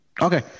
Okay